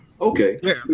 Okay